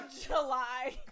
July